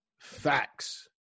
Facts